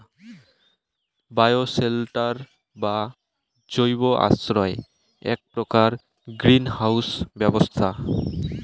bioshelter বা জৈব আশ্রয় এ্যাক প্রকার গ্রীন হাউস ব্যবস্থা